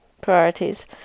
priorities